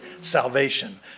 salvation